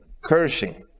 cursing